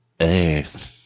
Earth